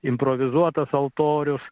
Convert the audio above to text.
improvizuotas altorius